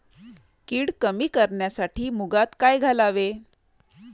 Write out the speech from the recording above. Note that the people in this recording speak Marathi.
कीड कमी करण्यासाठी मुगात काय घालावे?